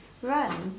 run